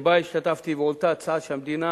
שהשתתפתי בו, והועלתה הצעה שהמדינה